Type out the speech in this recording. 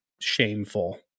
shameful